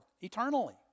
eternally